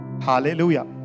hallelujah